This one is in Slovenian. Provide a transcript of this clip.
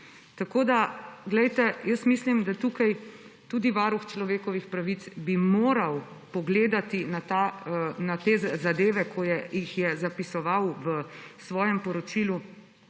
Tako da mislim, da bi tukaj tudi Varuh človekovih pravic moral pogledati na te zadeve, ki jih je zapisoval v svojem poročilu,